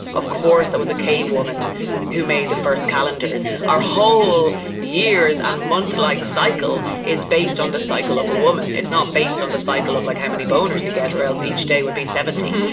of course, it was a cave woman who made the first calendars. our whole years and month-like cycle is based on the cycle of a woman. it's not based on the cycle of like how many boners you get or else each day would be seventy.